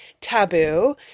taboo